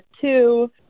two –